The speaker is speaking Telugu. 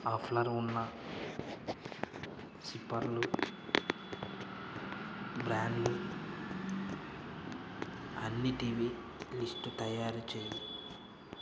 ఆఫర్లు ఉన్న సిప్పర్ల బ్రాండ్లు అన్నిటివి లిస్టు తయారు చెయ్యి